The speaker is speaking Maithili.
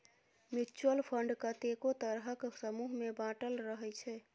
म्युच्युअल फंड कतेको तरहक समूह मे बाँटल रहइ छै